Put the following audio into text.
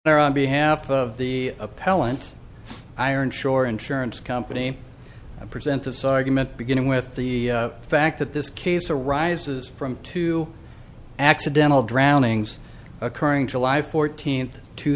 there on behalf of the appellant's iron shore insurance company present this argument beginning with the fact that this case arises from two accidental drownings occurring july fourteenth two